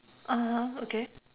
(uh huh) okay